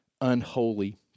unholy